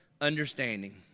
understanding